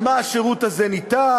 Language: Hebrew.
על מה השירות הזה ניתן,